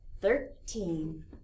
thirteen